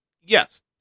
yes